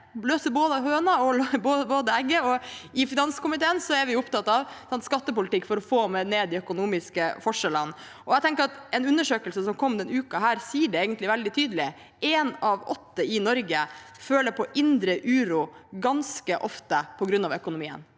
for både høna og egget, og i finanskomiteen er vi opptatt av en skattepolitikk for å få ned de økonomiske forskjellene. Jeg tenker at en undersøkelse som kom denne uken, sier det veldig tydelig: Én av åtte i Norge føler på indre uro ganske ofte på grunn av økonomien.